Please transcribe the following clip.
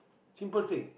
simple thing